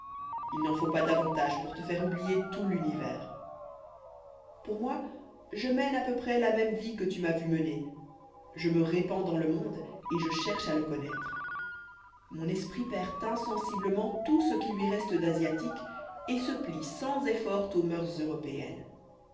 il n'en faut pas davantage pour te faire oublier tout l'univers pour moi je mène à peu près la même vie que tu m'as vu mener je me répands dans le monde et je cherche à le connoître mon esprit perd insensiblement tout ce qui lui reste d'asiatique et se plie sans effort aux mœurs européennes